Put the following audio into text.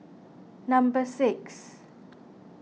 number six